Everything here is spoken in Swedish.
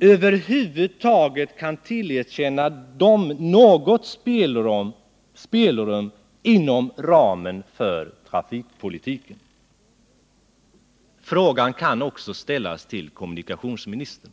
över huvud taget kan tillerkänna dem något spelrum inom ramen för trafikpolitiken. Frågan kan också ställas till kommunikationsministern.